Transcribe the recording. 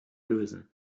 lösen